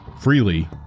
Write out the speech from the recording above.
freely